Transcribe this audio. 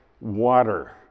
water